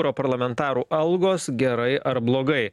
europarlamentarų algos gerai ar blogai